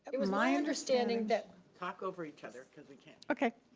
it was my understanding talk over each other cause we can't okay.